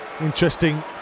interesting